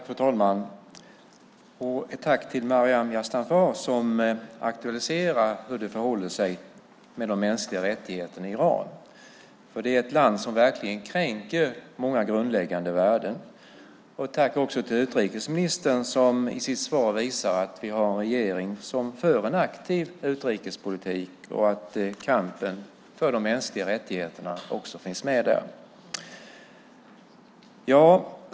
Fru talman! Ett tack till Maryam Yazdanfar som aktualiserar hur det förhåller sig med de mänskliga rättigheterna i Iran. Det är ett land som verkligen kränker många grundläggande värden. Ett tack också till utrikesministern som i sitt svar visar att vi har en regering som för en aktiv utrikespolitik och att kampen för de mänskliga rättigheterna också finns med där.